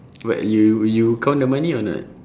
but you you count the money or not